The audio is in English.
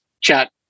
chat